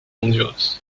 honduras